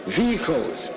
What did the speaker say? vehicles